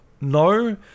no